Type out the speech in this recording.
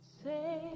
say